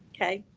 okay,